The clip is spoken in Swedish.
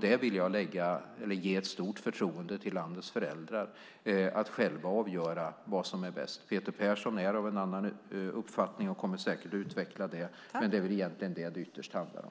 Där vill jag ge ett stort förtroende till landets föräldrar att själva avgöra vad som är bäst. Peter Persson är av en annan uppfattning och kommer säkert att utveckla det, men det är egentligen detta det ytterst handlar om.